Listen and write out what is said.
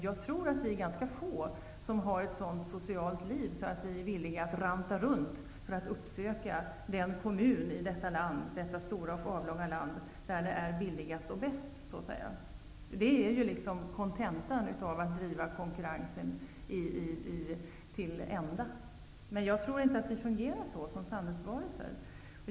Jag tror dock att det är ganska få som har ett socialt liv som innebär att de är villiga att ranta runt, för att uppsöka den kommun i vårt stora, avlånga land där det är billigast och bäst. Det är kontentan av att driva konkurrensen till ända, så att säga. Jag tror inte att vi fungerar så som samhällsvarelser.